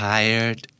Tired